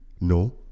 No